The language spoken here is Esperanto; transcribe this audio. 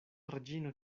reĝino